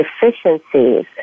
deficiencies